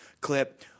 Clip